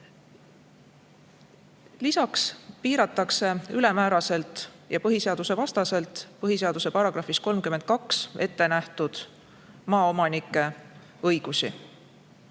Lisaks piiratakse ülemääraselt ja põhiseadusvastaselt põhiseaduse §-s 32 ette nähtud maaomanike